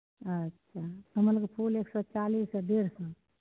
अच्छे कमलके फुल एक सए चालीस आ डेढ़ सए